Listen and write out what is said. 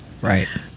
right